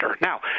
Now